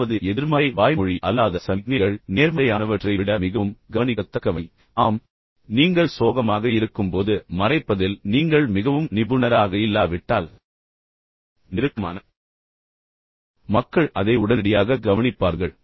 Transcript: எட்டாவது எதிர்மறை வாய்மொழி அல்லாத சமிக்ஞைகள் நேர்மறையானவற்றை விட மிகவும் கவனிக்கத்தக்கவை ஆம் நீங்கள் சோகமாக இருக்கும்போது மறைப்பதில் நீங்கள் மிகவும் நிபுணராக இல்லாவிட்டால் நெருக்கமான மக்கள் அதை உடனடியாக கவனிப்பார்கள்